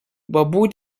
babu